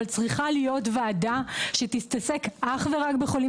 אבל צריכה להיות ועדה שתתעסק אך ורק בחולים